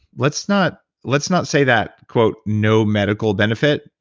let's not let's not say that, quote, no medical benefit,